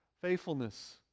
Faithfulness